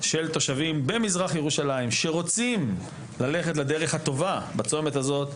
התושבים במזרח ירושלים רוצים ללכת לדרך הטובה בצומת הזאת.